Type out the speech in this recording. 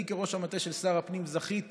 אני, כראש המטה של שר הפנים, זכיתי